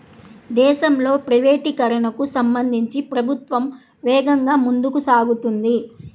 దేశంలో ప్రైవేటీకరణకు సంబంధించి ప్రభుత్వం వేగంగా ముందుకు సాగుతోంది